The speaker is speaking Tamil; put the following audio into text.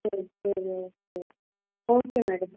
சரி சரி மேம் ஓகே ஓகே மேடம்